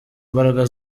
imbaraga